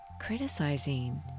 criticizing